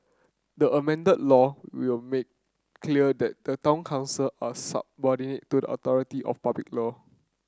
the amended law will make clear that the town council are subordinate to the authority of public law